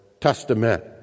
Testament